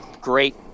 great